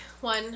one